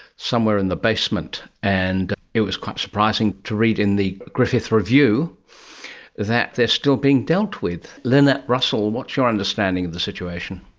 somewhere in the basement, and it was quite surprising to read in the griffith review that they are still being dealt with. lynette russell, what's your understanding of the situation?